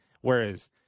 Whereas